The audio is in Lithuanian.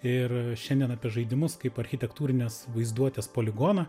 ir šiandien apie žaidimus kaip architektūrinės vaizduotės poligoną